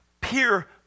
peer